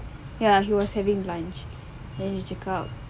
ya he was having lunch then dia cakap